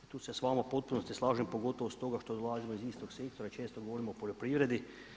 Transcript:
Tu se s vama u potpunosti slažem pogotovo stoga što dolazimo iz istog sektora, često govorimo o poljoprivredi.